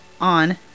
on